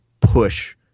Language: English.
push